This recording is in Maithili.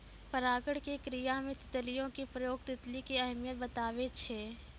परागण के क्रिया मे तितलियो के प्रयोग तितली के अहमियत बताबै छै